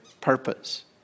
purpose